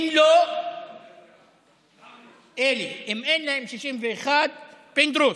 אם לא, אלי, אם אין להם 61, פינדרוס,